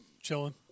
chilling